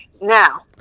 Now